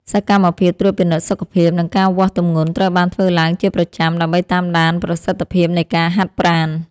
សកម្មភាពត្រួតពិនិត្យសុខភាព និងការវាស់ទម្ងន់ត្រូវបានធ្វើឡើងជាប្រចាំ ដើម្បីតាមដានប្រសិទ្ធភាពនៃការហាត់ប្រាណ។